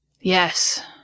Yes